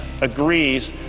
agrees